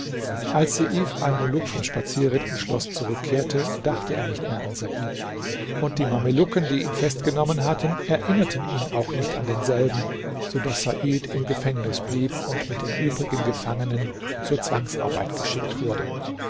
als seif almuluk vom spazierritt ins schloß zurückkehrte dachte er nicht mehr an said und die mamelucken die ihn festgenommen hatten erinnerten ihn auch nicht an denselben so daß said im gefängnis blieb und mit den übrigen gefangenen zur zwangsarbeit geschickt wurde